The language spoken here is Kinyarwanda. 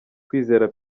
kwizera